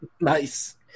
Nice